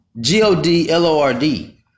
G-O-D-L-O-R-D